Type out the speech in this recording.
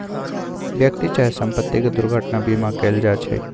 व्यक्ति चाहे संपत्ति के दुर्घटना बीमा कएल जाइ छइ